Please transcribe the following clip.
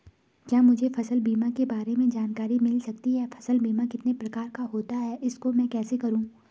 क्या मुझे फसल बीमा के बारे में जानकारी मिल सकती है फसल बीमा कितने प्रकार का होता है इसको मैं कैसे करूँ?